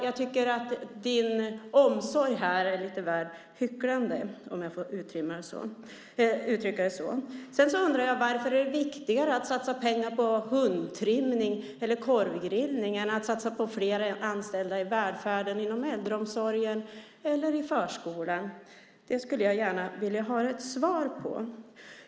Jag tycker att din omsorg är lite hycklande, om jag får uttrycka det så. Jag undrar varför det är viktigare att satsa pengar på hundtrimning eller korvgrillning än att satsa på fler anställda i välfärden inom äldreomsorgen eller i förskolan. Det skulle jag gärna vilja ha svar på.